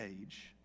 age